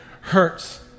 hurts